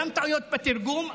גם טעויות בתרגום,